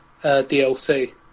DLC